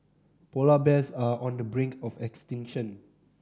polar bears are on the brink of extinction